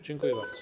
Dziękuję bardzo.